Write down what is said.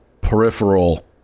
peripheral